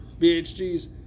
BHGs